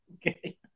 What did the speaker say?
Okay